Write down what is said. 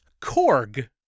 Korg